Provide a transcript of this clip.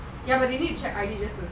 ya but they need to check I_D